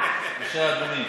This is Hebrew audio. בבקשה, אדוני.